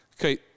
Okay